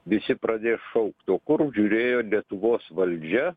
visi pradės šaukt kur žiūrėjo lietuvos valdžia